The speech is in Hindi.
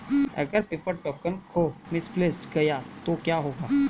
अगर पेपर टोकन खो मिसप्लेस्ड गया तो क्या होगा?